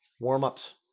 warm-ups